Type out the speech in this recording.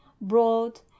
broad